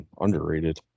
underrated